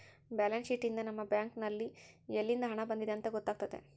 balance sheet ಯಿಂದ ನಮ್ಮ bank ನಲ್ಲಿ ಯಲ್ಲಿಂದ ಹಣ ಬಂದಿದೆ ಅಂತ ಗೊತ್ತಾತತೆ